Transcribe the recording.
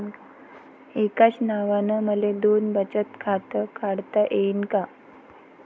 एकाच नावानं मले दोन बचत खातं काढता येईन का?